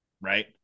right